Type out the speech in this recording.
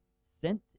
sent